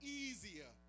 easier